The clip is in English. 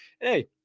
Hey